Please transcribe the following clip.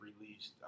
released